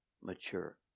mature